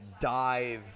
dive